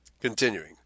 Continuing